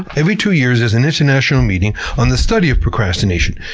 every two years there's an international meeting on the study of procrastination.